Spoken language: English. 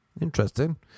interesting